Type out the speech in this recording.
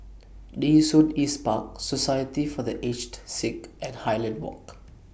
Nee Soon East Park Society For The Aged Sick and Highland Walk